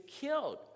killed